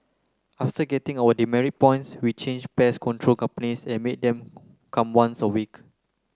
after getting our demerit points we changed pest control companies and made them come once a week